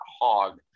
hog